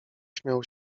śmiał